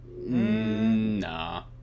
Nah